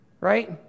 right